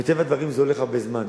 מטבע הדברים זה לוקח הרבה זמן.